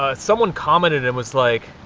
ah someone commented, it was like,